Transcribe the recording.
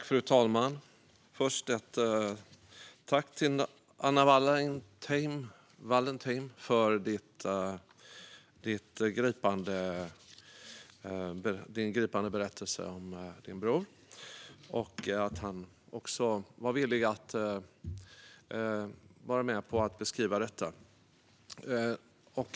Fru talman! Först vill jag säga tack till Anna Wallentheim för den gripande berättelsen om hennes bror och även till brodern för att han var villig att vara med på att beskriva detta.